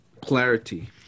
clarity